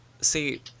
See